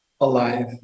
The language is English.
alive